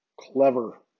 clever